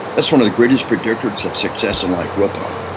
that's one of the greatest predictors of success in life, willpower.